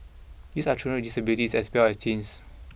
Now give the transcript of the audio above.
these are children disabilities as well as teens